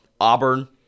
Auburn